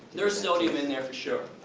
there's sodium in there for sure,